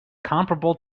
comparable